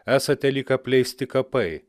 esate lyg apleisti kapai